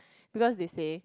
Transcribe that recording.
because they say